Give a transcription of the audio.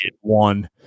one